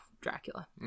Dracula